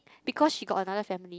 because she got another family